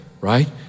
right